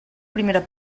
primera